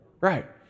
Right